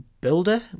Builder